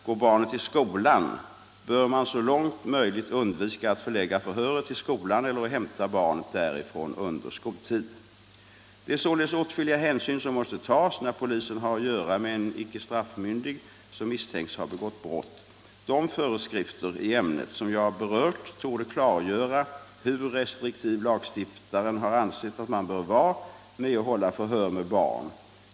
Går barnet i skolan bör man så långt möjligt undvika att förlägga förhöret till skolan eller att hämta barnet därifrån under skoltid. Det är således åtskilliga hänsyn som måste tas när polisen har att göra med en icke straffmyndig som misstänks ha begått brott. De föreskrifter i ämnet som jag har berört torde klargöra hur restriktiv lag stiftaren har ansett man bör vara med att hålla förhör med barn.